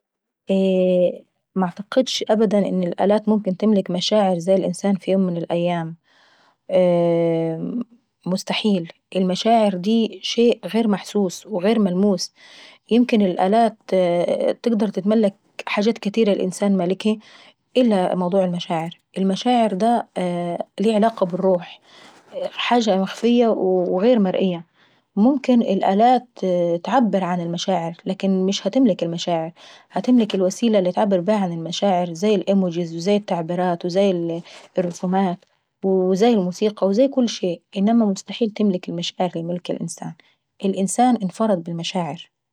معتقدش ابدا ان يكون الالات ممكن تملك مشاعر زي الانسان في يوم من الأيام مستحيل المشاعر دي شيء غير محسوس وغير ملموس. بمكن الالات دي يمكن تملك حاجات كاتيرة الانسان مالكهي الا المشاعر. المشاعر دي ليها علاقة بالروح وحاجة مخفية وغير مرئية، ممكن الاات اتعبر عن المشاعر لكن مش هتملك المشاعر هتملك الوسيلة اللي بتعبر عن المشاعر زي الايموجيز وزي التعبيرات وزي الرسومات وزي الموسيقى وزي كل شيء، انما مستحيل تملك المشاعر اللي بيملكها الانسان. الانسان انفرد بالمشاعر.